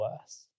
worse